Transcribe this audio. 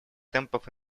темпов